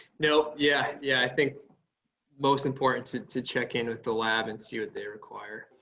no, yeah yeah, i think most important to to check-in with the lab and see what they require.